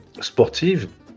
sportive